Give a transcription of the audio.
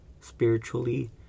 spiritually